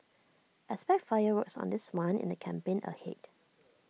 expect fireworks on this one in the campaign ahead